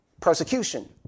persecution